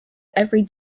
every